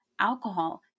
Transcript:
alcohol